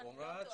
אם אני לא טועה.